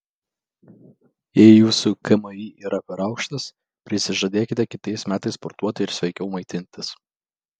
jei jūsų kmi yra per aukštas prisižadėkite kitais metais sportuoti ir sveikiau maitintis